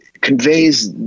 conveys